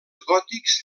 gòtics